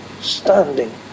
standing